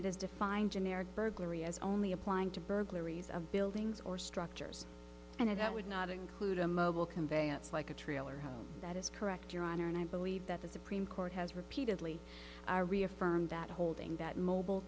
it is defined generic burglary as only applying to burglaries of buildings or structures and that would not include a mobile conveyance like a trailer home that is correct your honor and i believe that the supreme court has repeatedly i reaffirmed that holding that mobile